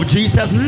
Jesus